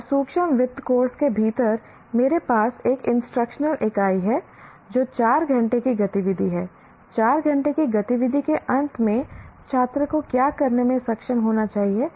और सूक्ष्म वित्त कोर्स के भीतर मेरे पास एक इंस्ट्रक्शनल इकाई है जो 4 घंटे की गतिविधि है 4 घंटे की गतिविधि के अंत में छात्र को क्या करने में सक्षम होना चाहिए